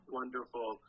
wonderful